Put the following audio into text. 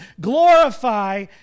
Glorify